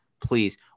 please